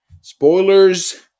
spoilers